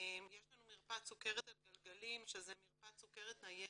יש לנו מרפאת סוכרת על גלגלים שזו מרפאת סוכרת ניידת,